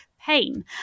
pain